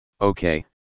okay